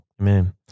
Amen